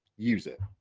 use it.